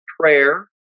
prayer